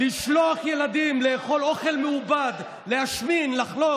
לשלוח ילדים לאכול אוכל מעובד, להשמין, לחלות,